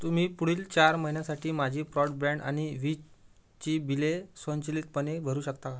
तुम्ही पुढील चार महिन्यांसाठी माझी ब्रॉडबँड आणि विजेची बिले स्वयंचलितपणे भरू शकता का